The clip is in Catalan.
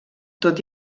tot